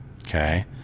Okay